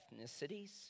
ethnicities